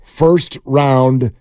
first-round